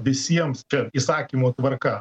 visiems čia įsakymo tvarka